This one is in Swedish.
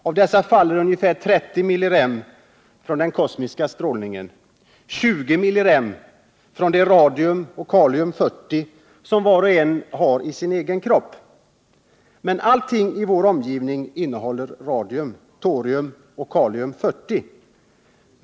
Av dessa faller 30 millirem från den kosmiska strålningen och 20 millirem från det radium och kalium-40 som var och en har i sin egen kropp. Men allting i vår omgivning innehåller radium, torium och kalium-40.